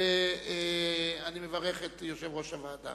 אין מתנגדים, אין נמנעים.